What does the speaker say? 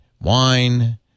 Wine